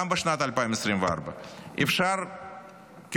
גם בשנת 2024. כאופציה,